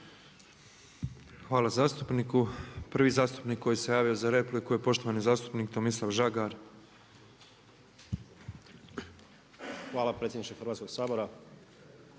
Hvala zastupniku. Prvi zastupnik koji se javio za repliku je poštovani zastupnik Tomislav Žagar. **Žagar, Tomislav (SDP)** Hvala predsjedniče Hrvatskog sabora.